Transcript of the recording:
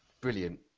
brilliant